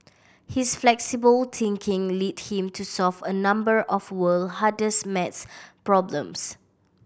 his flexible thinking lead him to solve a number of world hardest maths problems